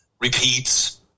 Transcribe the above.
repeats